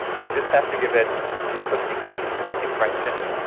you just have to give it an input sequence, a question,